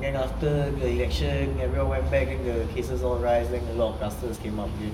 and then after the election everyone went back then the cases all rise then the clusters came up again